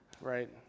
right